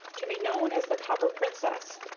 to be known as the copper princess,